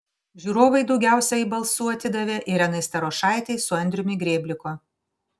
žiūrovai daugiausiai balsų atidavė irenai starošaitei su andriumi grėbliku